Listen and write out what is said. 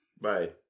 Bye